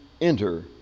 enter